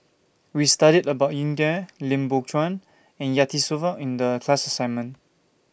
I'm thinking of visiting Sweden Can YOU Go with Me